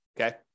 Okay